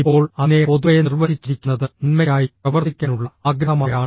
ഇപ്പോൾ അതിനെ പൊതുവെ നിർവചിച്ചിരിക്കുന്നത് നന്മയ്ക്കായി പ്രവർത്തിക്കാനുള്ള ആഗ്രഹമായാണ്